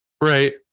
right